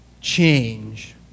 change